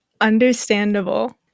understandable